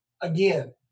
again